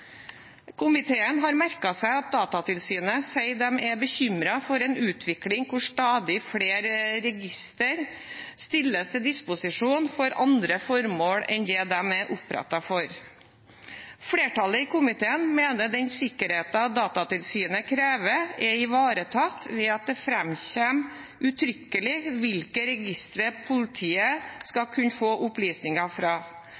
Komiteen har merket seg at Datatilsynet sier de er bekymret for en utvikling der stadig flere registre stilles til disposisjon for andre formål enn det de er opprettet for. Flertallet i komiteen mener at sikkerheten som Datatilsynet krever, er ivaretatt ved at det framkommer uttrykkelig hvilke registre politiet skal kunne få opplysninger fra.